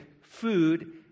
food